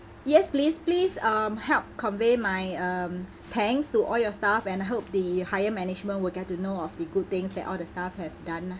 yes please please um help convey my um thanks to all your staff and I hope the higher management will get to know of the good things that all the staff have done nah